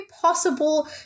possible